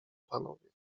panowie